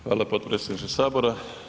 Hvala potpredsjedniče Sabora.